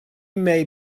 may